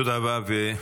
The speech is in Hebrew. תודה רבה.